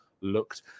looked